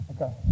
okay